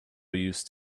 used